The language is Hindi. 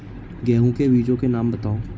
गेहूँ के बीजों के नाम बताओ?